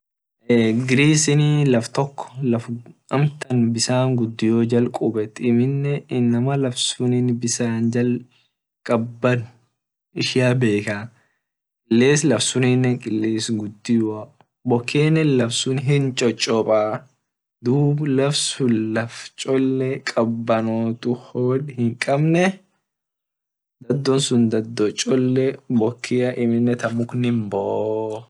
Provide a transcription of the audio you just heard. Greece laf tok laf amtan bisan gudio jal kubet amine inama laf sunni bisan jal kaban ishia bekaa kiles laf sunni kiles gudioa bokene laf sun hin chochoba dub laf sun laf cholle kabanotu hod hinkabne dadon dao cholle bokea amine ta mukin boo.